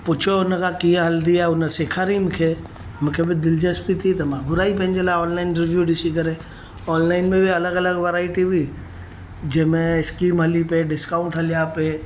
पुछो हुन खां कीअं हलंदी आहे हुन सेखारीअ मूंखे मूंखे बि दिलचस्पी थी त मां घुराअई पंहिंजे लाइ ऑनलाइन रिव्यू ॾिसी करे ऑनलाइन में बि अलॻि अलॻि वैराइटी हुई जेमे इस्कीम हली पए डिस्काउंट हलिया पए